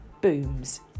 booms